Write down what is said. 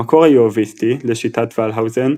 המקור היהוויסטי – לשיטת ולהאוזן,